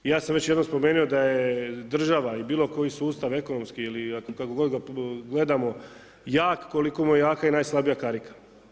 Ja sam već jednom spomenuo da je država i bilo koji sustav ekonomski ili kako god ga gledamo, jak koliko mu je jaka i najslabija karika.